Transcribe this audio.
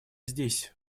здесь